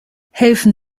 helfen